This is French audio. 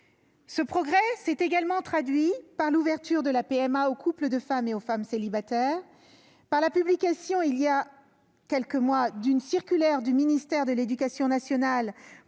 Ce progrès s'est également traduit par l'ouverture de la PMA (procréation médicalement assistée) aux couples de femmes et aux femmes célibataires, par la publication il y a quelques mois d'une circulaire du ministère de l'éducation nationale